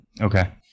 okay